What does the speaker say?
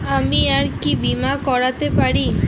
আমি আর কি বীমা করাতে পারি?